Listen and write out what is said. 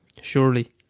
Surely